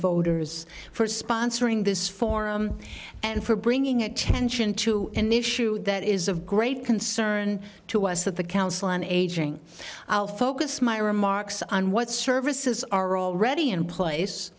voters for sponsoring this forum and for bringing attention to an issue that is of great concern to us that the council on aging i'll focus my remarks on what services are already in place